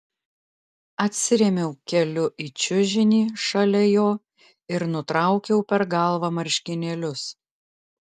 atsirėmiau keliu į čiužinį šalia jo ir nutraukiau per galvą marškinėlius